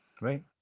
Right